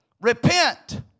Repent